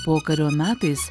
pokario metais